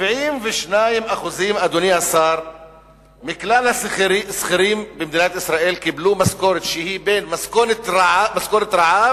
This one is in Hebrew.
72% מכלל השכירים במדינת ישראל קיבלו משכורת שהיא בין משכורת רעב